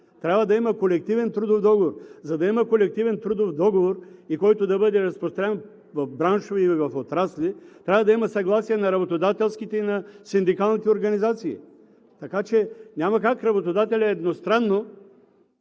Трябва да има колективен трудов договор. За да има колективен трудов договор, който да бъде разпрострян в браншове или в отрасли, трябва да има съгласие на работодателските и на синдикалните организации. Така че няма как работодателят едностранно